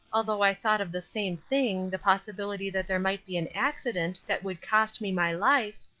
although i thought of the same thing, the possibility that there might be an accident that would cost me my life,